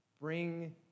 bring